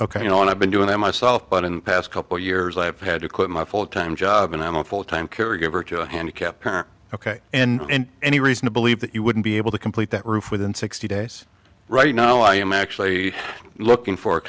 ok you know i've been doing it myself but in the past couple years i've had to quit my full time job and i'm a full time caregiver to a handicapped ok and any reason to believe that you wouldn't be able to complete that roof within sixty days right know i am actually looking for a